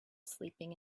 sleeping